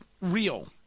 real